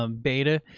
um beta,